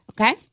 Okay